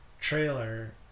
trailer